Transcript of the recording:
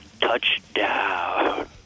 touchdown